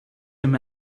him